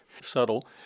subtle